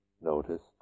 noticed